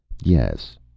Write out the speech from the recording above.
yes